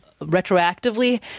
retroactively